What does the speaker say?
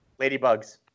Ladybugs